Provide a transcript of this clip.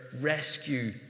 rescue